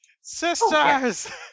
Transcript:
Sisters